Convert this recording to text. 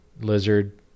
lizard